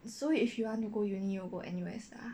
so if you want to go uni you will go N_U_S lah